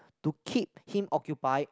to keep him occupied